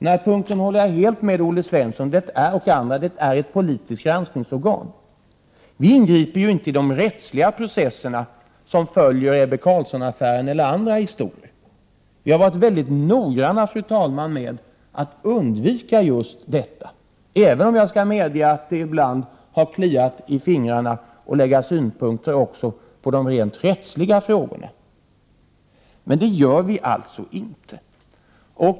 På den punkten håller jag helt med Olle Svensson och andra: konstitutionsutskottet är ett politiskt granskningsorgan. Vi ingriper inte i de rättsliga processerna, som följer i Ebbe Carlsson-affären eller andra historier. Vi har, fru talman, varit väldigt noggranna med att undvika just detta, även om jag skall medge att det ibland har kliat i fingrarna att lägga synpunkter också på de rent rättsliga frågorna. Men det gör vi alltså inte.